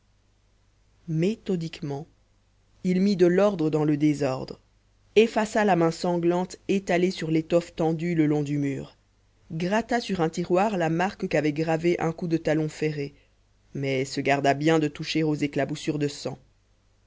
méthodiquement il mit de l'ordre dans le désordre effaça la main sanglante étalée sur l'étoffe tendue le long du mur gratta sur un tiroir la marque qu'avait gravée un coup de talon ferré mais se garda bien de toucher aux éclaboussures de sang